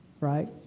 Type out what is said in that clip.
Right